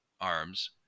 arms